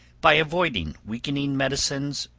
by avoiding weakening medicines,